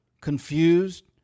confused